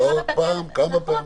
לא רק פעם, כמה פעמים.